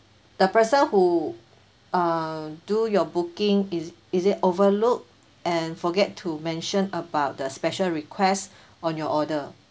the person who uh do your booking is is it overlooked and forget to mention about the special requests on your order